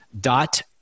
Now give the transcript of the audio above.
dot